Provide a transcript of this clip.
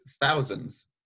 thousands